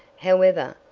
however,